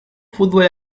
fútbol